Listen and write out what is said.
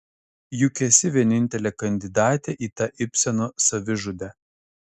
juk esi vienintelė kandidatė į tą ibseno savižudę